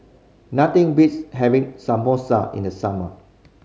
nothing beats having Samosa in the summer